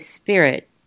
Spirit